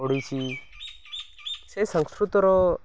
ଓଡ଼ିଶୀ ସେ ସଂସ୍କୃତର